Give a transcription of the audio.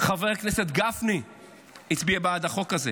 חבר הכנסת גפני הצביע בעד החוק הזה,